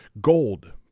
gold